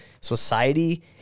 society